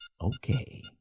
Okay